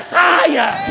higher